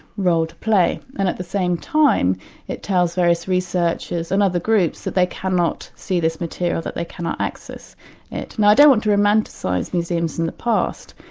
play, and at the same time it tells various researchers and other groups that they cannot see this material, that they cannot access it. and i don't want to romanticise museums in the past,